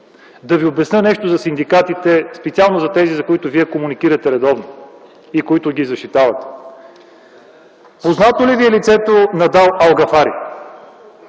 Да Ви обясня нещо за синдикатите – специално за тези, с които Вие комуникирате редовно и защитавате. Познато ли Ви е лицето Нидал Алгафари?